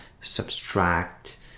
subtract